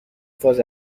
فاز